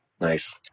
Nice